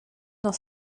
dans